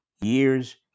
years